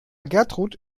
gertrud